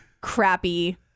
crappy